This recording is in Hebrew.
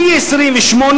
פי-28,